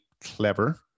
clever